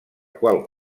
qual